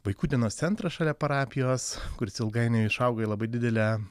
vaikų dienos centrą šalia parapijos kuris ilgainiui išaugo į labai didelę